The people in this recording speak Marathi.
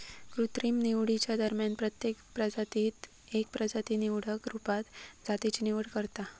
कृत्रिम निवडीच्या दरम्यान प्रत्येक प्रजातीत एक प्रजाती निवडक रुपात जातीची निवड करता